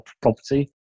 Property